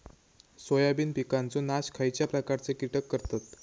Soybean पिकांचो नाश खयच्या प्रकारचे कीटक करतत?